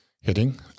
hitting